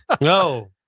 No